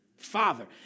Father